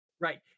Right